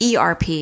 ERP